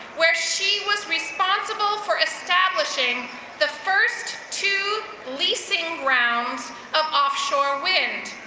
where she was responsible for establishing the first two leasing grounds of offshore wind.